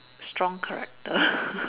strong character